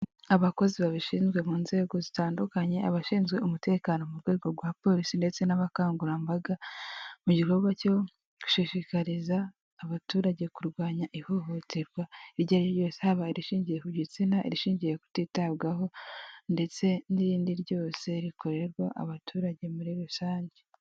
Abakozi babishinzwe mu nzego zitandukanye, abashinzwe umutekano mu rwego rwa polisi ndetse n'abakangurambaga mu gikorwa cyo gushishikariza abaturage kurwanya ihohoterwa iryo ari ryo ryose; haba rishingiye ku gitsina, irishingiye kutitabwaho ndetse n'irindi ryose rikorerwa abaturage muri rusange.